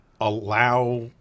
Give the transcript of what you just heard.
allow